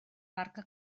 barca